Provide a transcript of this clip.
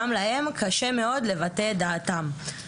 גם להם קשה מאוד לבטא את דעתם.